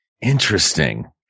interesting